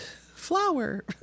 flower